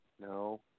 No